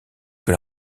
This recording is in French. que